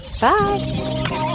Bye